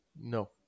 No